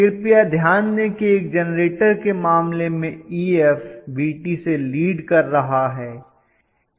कृपया ध्यान दें कि एक जेनरेटर के मामले में Ef Vt से लीड कर रहा है